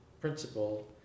principle